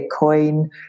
bitcoin